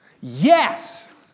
Yes